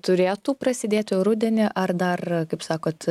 turėtų prasidėti rudenį ar dar kaip sakot